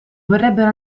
vorrebbero